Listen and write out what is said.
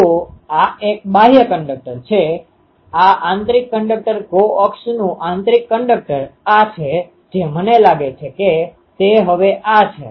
તો આ એક બાહ્ય કંડક્ટર છે આ આંતરીક કંડક્ટર કોઅક્ષનું આંતરીક કંડક્ટર આ છે જે મને લાગે છે કે તે હવે આ છે